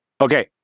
Okay